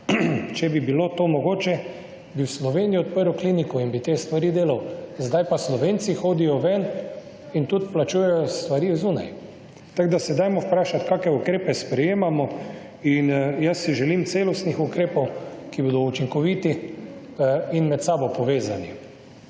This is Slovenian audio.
Če bi bilo to mogoče, bi v Sloveniji odprl kliniko in bi te stvari delal. Zdaj pa Slovenci hodijo ven in tudi plačujejo stvari zunaj. Tako da, se dajmo vprašat kake ukrepe sprejemamo in jaz si želim celostnih ukrepov, ki bodo učinkoviti in med sabo povezani.